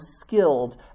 skilled